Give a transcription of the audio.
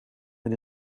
met